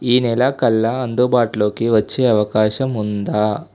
ఈ నెల కల్లా అందుబాటులోకి వచ్చే అవకాశం ఉందా